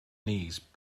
knees